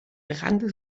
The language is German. rannte